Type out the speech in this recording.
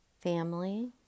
family